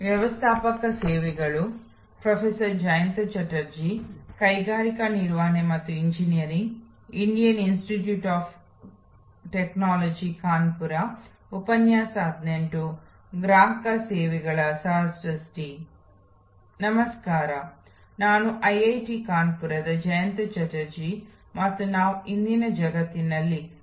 ನಮಸ್ಕಾರ ನಾನು ಕಾನ್ಪುರದ ಐಐಟಿಯ ಜಯಂತಾ ಚಟರ್ಜಿ ಮತ್ತು ನಾವು ನಿಮ್ಮೊಂದಿಗೆ ಸಂವಹನ ನಡೆಸುತ್ತಿದ್ದೇವೆ